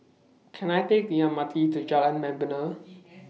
Can I Take The M R T to Jalan Membina